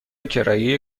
کرایه